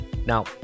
Now